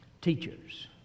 teachers